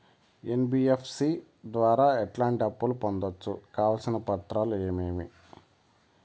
NBFC ల ద్వారా ఎట్లాంటి అప్పులు పొందొచ్చు? కావాల్సిన పత్రాలు ఏమేమి?